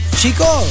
chico